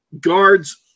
guards